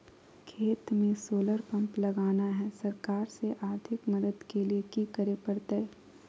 खेत में solar pump लगाना है, सरकार से आर्थिक मदद के लिए की करे परतय?